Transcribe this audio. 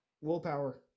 Willpower